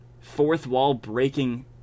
fourth-wall-breaking